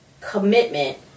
commitment